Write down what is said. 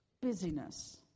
Busyness